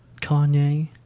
Kanye